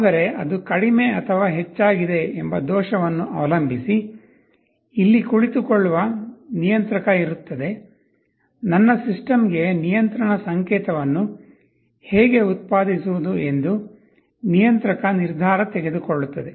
ಆದರೆ ಅದು ಕಡಿಮೆ ಅಥವಾ ಹೆಚ್ಚಾಗಿದೆ ಎಂಬ ದೋಷವನ್ನು ಅವಲಂಬಿಸಿ ಇಲ್ಲಿ ಕುಳಿತುಕೊಳ್ಳುವ ನಿಯಂತ್ರಕ ಇರುತ್ತದೆ ನನ್ನ ಸಿಸ್ಟಮ್ಗೆ ನಿಯಂತ್ರಣ ಸಂಕೇತವನ್ನು ಹೇಗೆ ಉತ್ಪಾದಿಸುವುದು ಎಂದು ನಿಯಂತ್ರಕ ನಿರ್ಧಾರ ತೆಗೆದುಕೊಳ್ಳುತ್ತದೆ